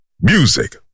Music